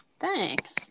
Thanks